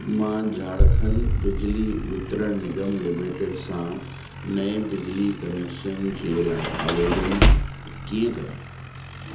मां झारखंड बिजली वितरण निगम लिमिटेड सां नए बिजली कनैक्शन जे लाइ आवेदन कीअं कयां